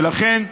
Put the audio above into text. ולכן,